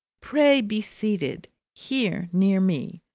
pray be seated here near me.